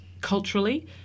culturally